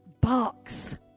box